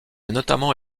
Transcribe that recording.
notamment